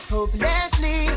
Hopelessly